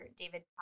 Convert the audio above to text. David